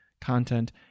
content